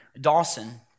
Dawson